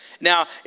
now